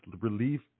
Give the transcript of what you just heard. relief